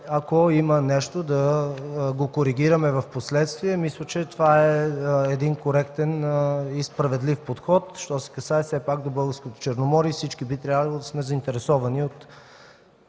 ако има нещо, да го коригираме впоследствие. Мисля, че това е един коректен и справедлив подход, що се касае все пак до българското Черноморие и всички би трябвало да сме заинтересовани от